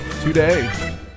today